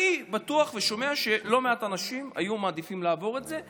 אני בטוח ושומע שלא מעט אנשים היו מעדיפים לעבור את זה.